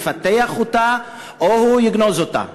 יפתח אותה או יגנוז אותה?